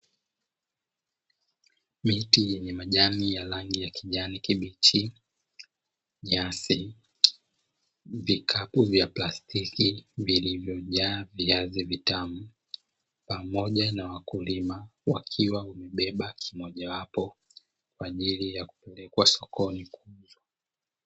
Miti yenye majani ya rangi ya kijani kibichi, nyasi, vikapu vya plastiki vilivyojaa viazi vitamu pamoja na wakulima wakiwa wamebeba kimoja wapo kwa ajili ya kupeleka sokoni.